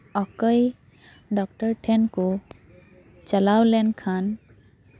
ᱚᱠᱚᱭ ᱰᱚᱠᱴᱚᱨ ᱴᱷᱮᱱ ᱠᱚ ᱪᱟᱞᱟᱣ ᱞᱮᱱᱠᱷᱟᱱ